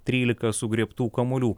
trylika sugriebtų kamuolių